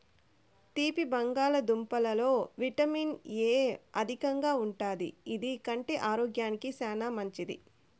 తీపి బంగాళదుంపలలో vitamin A అధికంగా ఉంటాది, ఇది కంటి ఆరోగ్యానికి చానా మంచిది